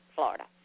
Florida